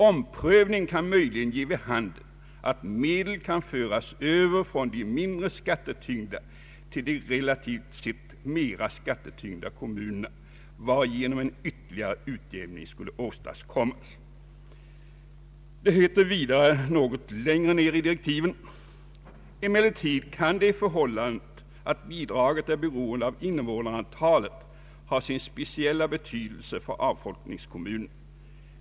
Omprövningen kan möjligen ge vid handen att medel kan föras över från de mindre skattetyngda till de relativt sett mera skattetyngda kommunerna varigenom en ytterligare utjämning skulle åstadkommas.” Det heter vidare något längre ned i direktiven: ”Emellertid kan det förhållandet att bidraget är beroende av invånarantalet ha sin speciella betydelse för avfolkningskommunerna.